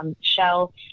shell